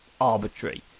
arbitrary